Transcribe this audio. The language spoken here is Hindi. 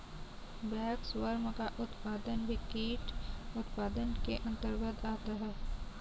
वैक्सवर्म का उत्पादन भी कीट उत्पादन के अंतर्गत आता है